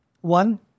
One